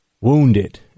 wounded